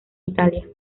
italia